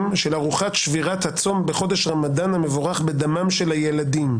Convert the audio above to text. של ארוחת שבירת הצום בחודש רמדאן המבורך בדמם של הילדים.